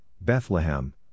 Bethlehem